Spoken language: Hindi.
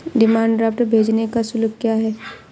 डिमांड ड्राफ्ट भेजने का शुल्क क्या है?